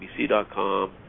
ABC.com